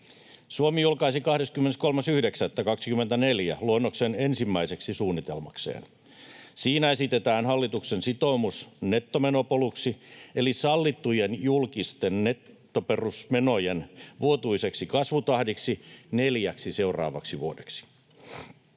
Suomi julkaisi 23.9.24 luonnoksen ensimmäiseksi suunnitelmakseen. Siinä esitetään hallituksen sitoumus nettomenopoluksi eli sallituksi julkisten nettoperusmenojen vuotuiseksi kasvuvauhdiksi neljäksi seuraavaksi vuodeksi.